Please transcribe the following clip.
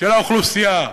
של האוכלוסייה.